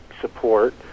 support